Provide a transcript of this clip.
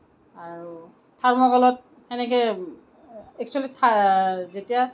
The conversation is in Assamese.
আৰু থাৰ্ম'কলত সেনেকে একচুয়েলি যেতিয়া